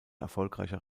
erfolgreicher